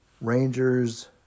Rangers